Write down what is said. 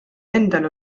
endal